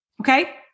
okay